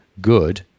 good